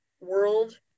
world